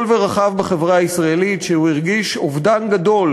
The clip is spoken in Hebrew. ורחב בחברה הישראלית שהרגיש אובדן גדול,